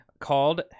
called